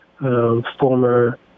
former